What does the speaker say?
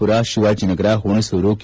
ಪುರ ತಿವಾಜಿನಗರ ಹುಣಸೂರು ಕೆ